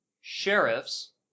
sheriffs